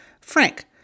Frank